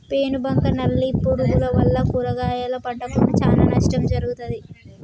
పేను బంక నల్లి పురుగుల వల్ల కూరగాయల పంటకు చానా నష్టం జరుగుతది